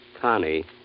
Connie